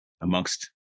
amongst